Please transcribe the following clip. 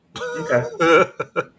Okay